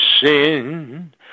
sin